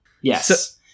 yes